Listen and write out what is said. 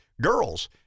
girls